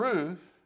Ruth